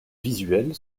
visuelle